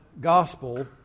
gospel